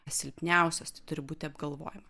silpniausios tai turi būti apgalvojama